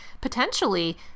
potentially